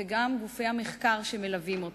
וגם גופי המחקר שמלווים אותה.